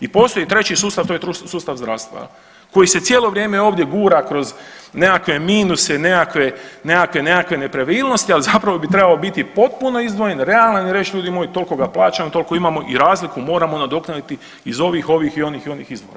I postoji treći sustav to je sustav zdravstva jel koji se cijelo vrijeme ovdje gura kroz nekakve minuse nekakve, nekakve nepravilnosti ali zapravo bi trebao biti potpuno izdvojen, realan i reći ljudi moji toliko ga plaćamo, toliko imao i razliku moramo nadoknaditi iz ovih, ovih i onih izvora.